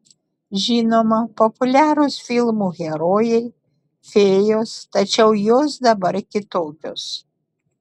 žinoma populiarūs filmų herojai fėjos tačiau jos dabar kitokios